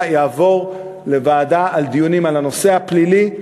יעבור לוועדה לדיונים על הנושא הפלילי,